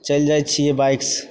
चलि जाइ छिए बाइकसे